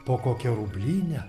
po kokią rublinę